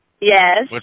Yes